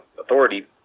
authority